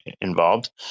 involved